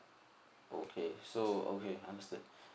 okay so okay understood